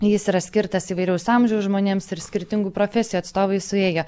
jis yra skirtas įvairaus amžiaus žmonėms ir skirtingų profesijų atstovai suėjo